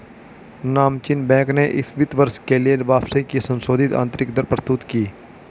नामचीन बैंक ने इस वित्त वर्ष के लिए वापसी की संशोधित आंतरिक दर प्रस्तुत की